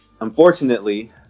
Unfortunately